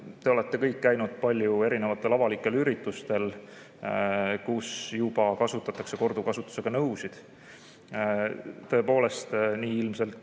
olete käinud erinevatel avalikel üritustel, kus juba kasutatakse korduvkasutusega nõusid. Tõepoolest, nii ilmselt